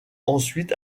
ensuite